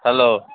hello